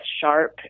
sharp